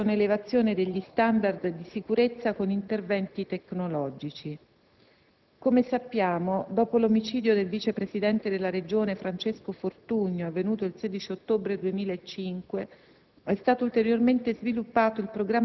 La prima fase ha previsto un rafforzamento dell'attività di controllo del territorio e di quella investigativa; la seconda, un collegamento più stretto con l'autorità giudiziaria finalizzato ad accelerare la fase esecutiva delle attività investigative in atto;